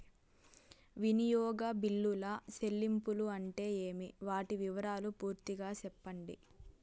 వినియోగ బిల్లుల చెల్లింపులు అంటే ఏమి? వాటి వివరాలు పూర్తిగా సెప్పండి?